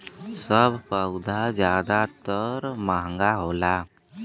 सब पउधा जादातर महंगा होला